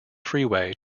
freeway